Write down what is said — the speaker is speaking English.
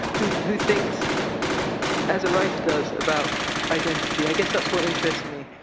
who who thinks as a writer does about identity, i guess that's what interests me.